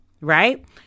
right